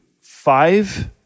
five